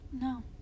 No